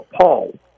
Paul